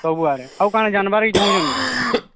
ସବୁଆରେ ହଉ କାଣ ଜାନ୍ବାର୍କେ ଚାହୁଁଛନ୍ ନେ